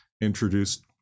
introduced